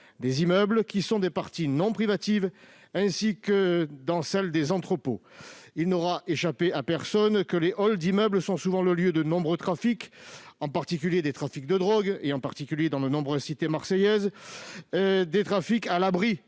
des immeubles, qui sont des parties non privatives, ainsi que des entrepôts. Il n'aura échappé à personne que les halls d'immeubles sont souvent le lieu de nombreux trafics, en particulier des trafics de drogue, dans un grand nombre de cités marseillaises notamment.